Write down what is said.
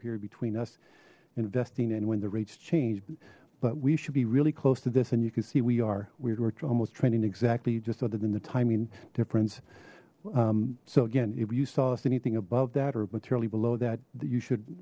period between us investing and when the rates changed but we should be really close to this and you can see we are we're almost trending exactly just other than the timing difference so again if you saw us anything above that or materially below that you should